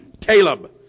Caleb